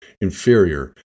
inferior